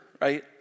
right